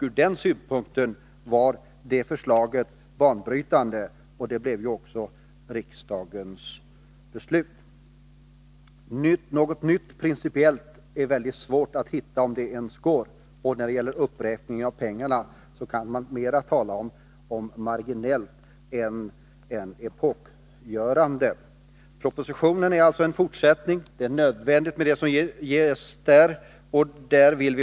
Ur den synpunkten var de förslagen banbrytande, och de blev ju också riksdagens beslut. Någonting principiellt nytt är det svårt att hitta — om det ens går. När det gäller uppräkningen av pengarna kan man mera tala om marginella insatser än om någonting epokgörande. Propositionen är alltså en fortsättning. Det är nödvändigt med det som ges.